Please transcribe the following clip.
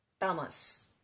Tamas